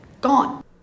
Gone